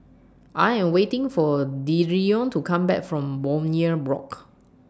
I Am waiting For Dereon to Come Back from Bowyer Block